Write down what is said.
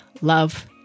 love